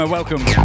Welcome